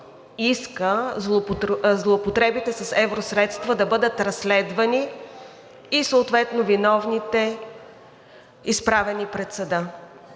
иска злоупотребите с евросредства да бъдат разследвани и съответно виновните изправени пред съда.